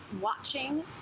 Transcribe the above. Watching